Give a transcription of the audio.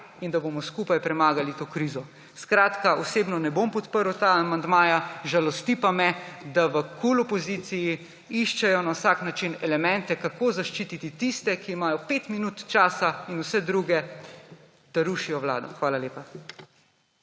in da bomo skupaj premagali to krizo. Osebno ne bom podprl teh amandmajev, žalosti pa me, da v opoziciji KUL iščejo na vsak način elemente, kako zaščiti tiste, ki imajo pet minut časa, in vse druge, da rušijo vlado. Hvala lepa.